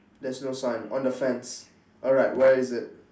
there's no sign on the fence alright where is it